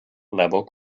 level